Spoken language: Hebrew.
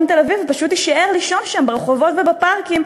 תל-אביב ופשוט תישאר לישון שם ברחובות ובפארקים,